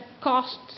costs